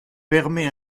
permet